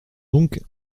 donc